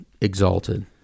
exalted